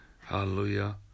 Hallelujah